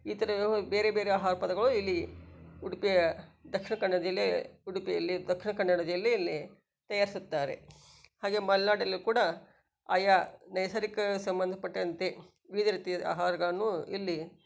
ಇತರೆ ಬೇರೆ ಬೇರೆ ಆಹಾರ ಪದಗಳು ಇಲ್ಲಿ ಉಡುಪಿಯ ದಕ್ಷಿಣ ಕನ್ನಡ ಜಿಲ್ಲೆ ಉಡುಪಿಯಲ್ಲಿ ದಕ್ಷಿಣ ಕನ್ನಡ ಜಿಲ್ಲೆಯಲ್ಲಿ ತಯಾರಿಸುತ್ತಾರೆ ಹಾಗೆ ಮಲೆನಾಡಲ್ಲೂ ಕೂಡ ಆಯಾ ನೈಸರ್ಗಿಕ ಸಂಬಂಧಪಟ್ಟಂತೆ ವಿವಿಧ ರೀತಿಯ ಆಹಾರಗಳನ್ನೂ ಇಲ್ಲಿ